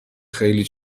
خیلی